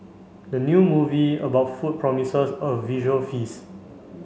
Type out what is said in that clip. the new movie about food promises a visual feast